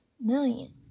million